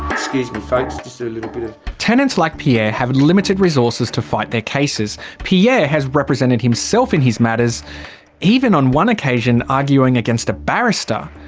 excuse me folks. so like tenants like pierre have limited resources to fight their cases. pierre has represented himself in his matters even on one occasion arguing against a barrister.